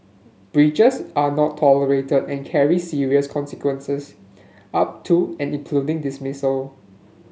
breaches are not tolerated and carry serious consequences up to and including dismissal